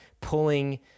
pulling